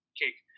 cake